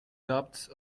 doubts